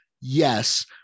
Yes